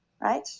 right